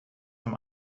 zum